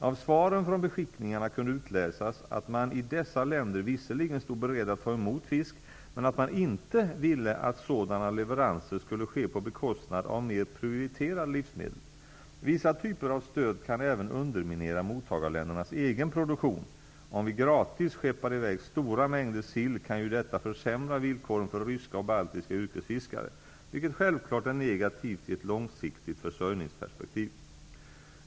Av svaren från beskickningarna kunde utläsas att man i dessa länder visserligen stod beredda att ta emot fisk, men att man inte ville att sådana leveranser skulle ske på bekostnad av mer prioriterade livsmedel. Vissa typer av stöd kan även underminera mottagarländernas egen produktion; om vi gratis skeppar i väg stora mängder sill kan ju detta försämra villkoren för ryska och baltiska yrkesfiskare, vilket självklart är negativt i ett långsiktigt försörjningsperspektiv.